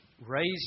raised